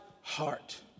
heart